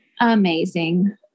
amazing